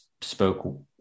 spoke